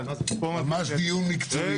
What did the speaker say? ממש דיון מקצועי.